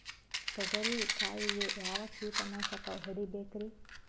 ತೊಗರಿ ಕಾಯಿಗೆ ಯಾವ ಕೀಟನಾಶಕ ಹೊಡಿಬೇಕರಿ?